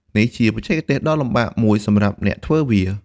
នេះជាបច្ចេកទេសដ៏លំបាកមួយសម្រាប់អ្នកធ្វើវា។